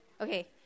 Okay